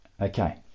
Okay